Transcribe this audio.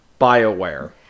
Bioware